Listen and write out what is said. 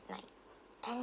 night and